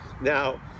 Now